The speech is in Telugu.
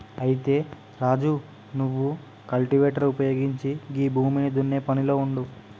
అయితే రాజు నువ్వు కల్టివేటర్ ఉపయోగించి గీ భూమిని దున్నే పనిలో ఉండు